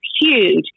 huge